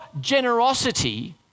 generosity